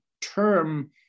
term